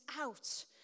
out